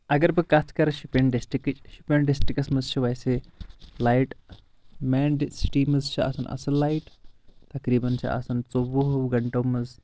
اگر بہٕ کتھ کرٕ شُپین ڈسٹرکٕچ شُپین ڈسٹرکس منٛز چھِ ویٚسے لایٹ مین سٹی منٛز چھِ آسان اصل لایٹ تقریباً چھِ آسان ژۄوُہو گنٹو منٛز